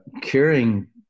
curing